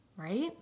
Right